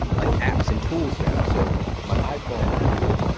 um like apps and tools now so my iphone right here.